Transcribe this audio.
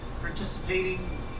participating